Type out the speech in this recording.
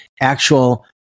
actual